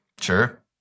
Sure